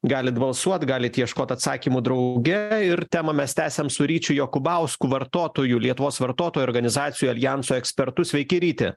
galit balsuot galit ieškot atsakymų drauge ir temą mes tęsiam su ryčiu jokubausku vartotojų lietuvos vartotojų organizacijų aljanso ekspertu sveiki ryti